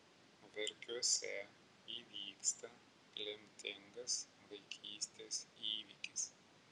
verkiuose įvyksta lemtingas vaikystės įvykis